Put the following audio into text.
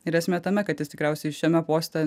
ir esmė tame kad jis tikriausiai šiame poste